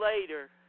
later